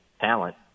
talent